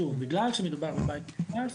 שוב בגלל שמדבור בבית מאוכלס,